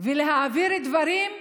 ולהעביר דברים.